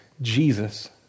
Jesus